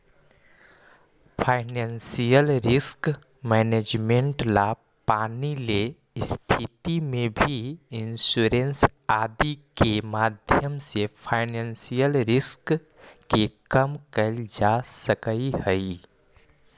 financial risk management ला पानी ले स्थिति में भी इंश्योरेंस आदि के माध्यम से फाइनेंशियल रिस्क के कम कैल जा सकऽ हई